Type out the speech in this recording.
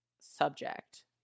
subject